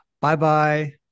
Bye-bye